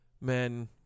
Men